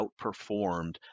outperformed